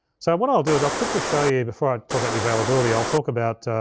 so what i'll do is i'll quickly show you before i talk about the availability, i'll talk about,